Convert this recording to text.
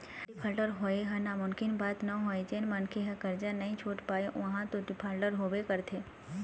defaulter होवई ह नानमुन बात नोहय जेन मनखे ह करजा नइ छुट पाय ओहा तो डिफाल्टर होबे करथे